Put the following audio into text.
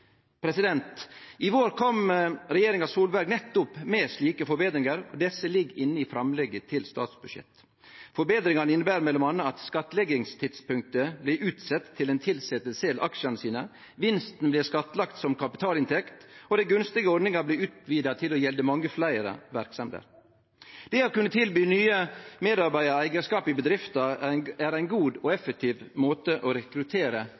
I vår kom regjeringa Solberg nettopp med slike forbetringar, og desse ligg inne i forslaget til statsbudsjett. Forbetringane inneber m.a. at skattleggingstidspunktet blir utsett til den tilsette sel aksjane sine, vinsten blir skattlagd som kapitalinntekt, og den gunstige ordninga blir utvida til å gjelde mange fleire verksemder. Det å kunne tilby nye medarbeidarar eigarskap i bedrifta er ein god og effektiv måte å rekruttere